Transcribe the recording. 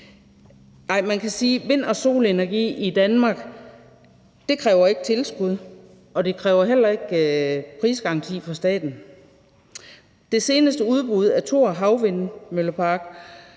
og solenergi. Vind- og solenergi i Danmark kræver ikke tilskud, og det kræver heller ikke en prisgaranti fra staten. Ved det seneste udbud af Havvindmølleparken